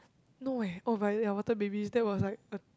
no eh oh but ya water babies that was like a